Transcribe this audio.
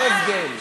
לא הבדל,